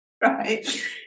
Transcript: right